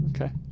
okay